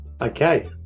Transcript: Okay